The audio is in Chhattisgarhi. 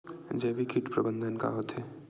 जैविक कीट प्रबंधन का होथे?